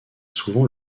souvent